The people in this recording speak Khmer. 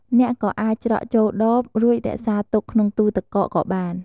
អ្នកក៏អាចច្រកចូលដប រួចរក្សាទុកក្នុងទូរទឹកកកក៏បាន។